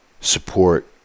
support